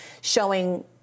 showing